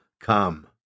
come